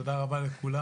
תודה רבה לכולם.